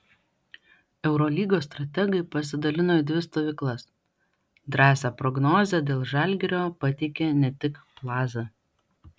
eurolygos strategai pasidalino į dvi stovyklas drąsią prognozę dėl žalgirio pateikė ne tik plaza